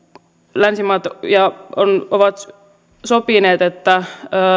länsimaat ovat sopineet että